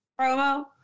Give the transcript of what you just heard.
promo